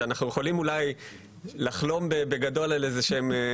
אנחנו יכולים אולי לחלום בגדול על שינויים